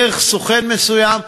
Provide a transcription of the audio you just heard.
דרך סוכן מסוים.